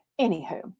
Anywho